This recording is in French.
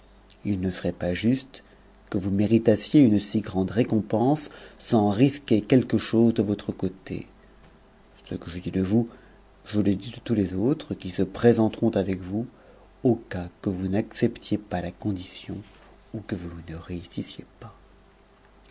pas ne serait pas juste que vous méritassiez une si grande récompense sans risquer quelque chose de votre côté ce que je dis de vous je le dis tatous les autres qui se présenteront après vous au cas que vous n'accep tiez pas la condition ou que vous ne réussissiez pas